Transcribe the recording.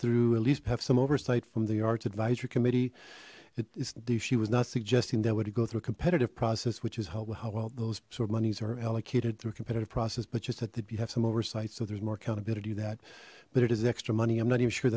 through at least have some oversight from the arts advisory committee it is she was not suggesting that we're to go through a competitive process which is how well those sort of monies are allocated through a competitive process but just that did you have some oversight so there's more accountability that but it is extra money i'm not even sure